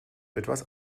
etwas